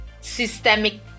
systemic